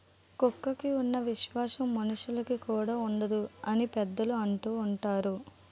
కుక్కకి ఉన్న విశ్వాసం మనుషులుకి కూడా ఉండదు అని పెద్దలు అంటూవుంటారు